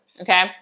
Okay